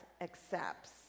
accepts